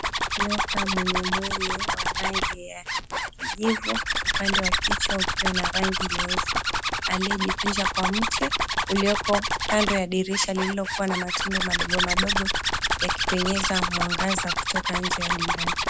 Nyoka mwenye mwili wa rangi ya kijivu upande wa kichwa ukiwa na rangi nyeusi, aliyejikunja kwa mti ulioko kando ya dirisha lililokuwa na matundu madogo madogo yakipenyeza mwangaza kutoka inje hadi ndani.